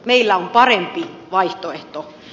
meillä on parempi vaihtoehto